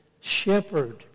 shepherd